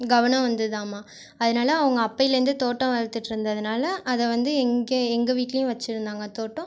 கவனம் வந்ததாம்மா அதனால் அவங்க அப்போயிலேந்து தோட்டம் வளர்த்துட்ருந்ததுனால அதை வந்து எங்கள் எங்கள் வீட்லையும் வச்சுருந்தாங்க தோட்டம்